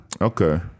Okay